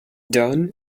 done